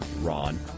Ron